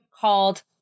called